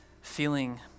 feeling